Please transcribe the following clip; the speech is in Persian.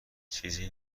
چیزی